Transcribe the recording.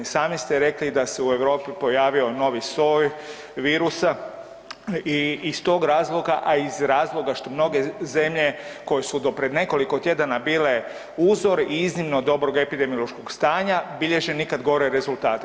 Sami ste rekli da se u Europi pojavio novi soj virusa i iz tog razloga, a i iz razloga što mnoge zemlje koje su do prije nekoliko tjedana bile uzor i iznimno dobrog epidemiološkog stanja bilježe nikad gore rezultate.